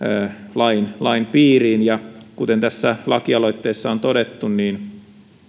lain lain piiriin kuten lakialoitteessa on todettu